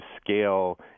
scale